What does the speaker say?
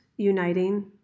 uniting